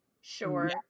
Sure